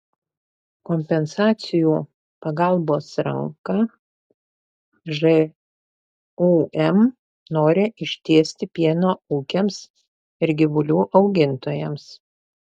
kompensacijų pagalbos ranką žūm nori ištiesti pieno ūkiams ir gyvulių augintojams